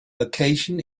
location